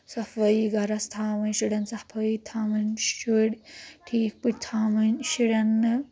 صفٲٮٔی گرس تھاوٕنۍ شُرؠن صفٲٮٔی تھاوٕنۍ شُرۍ ٹھیٖک پٲٹھۍ تھاوٕنۍ شُرؠن نہٕ